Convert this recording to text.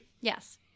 Yes